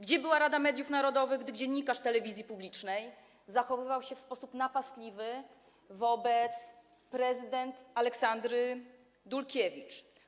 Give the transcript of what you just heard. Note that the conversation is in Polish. Gdzie była Rada Mediów Narodowych, gdy dziennikarz telewizji publicznej zachowywał się w sposób napastliwy wobec prezydent Aleksandry Dulkiwiecz?